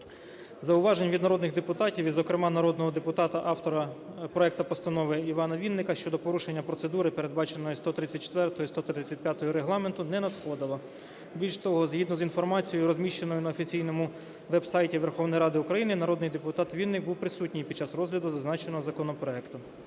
зауважень від народних депутатів і, зокрема, народного депутата - автора проекту постанови Івана Вінника, щодо порушення процедури, передбаченої 134-ю і 135-ю Регламенту, не надходило. Більше того, згідно з інформацією, розміщеної на офіційному веб-сайті Верховної Ради України, народний депутат Вінник був присутній під час розгляду зазначеного законопроекту.